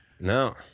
No